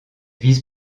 vice